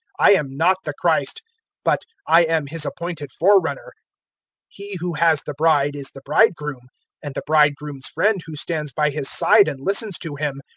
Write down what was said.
i am not the christ but i am his appointed forerunner he who has the bride is the bridegroom and the bridegroom's friend who stands by his side and listens to him,